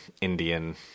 Indian